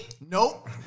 Nope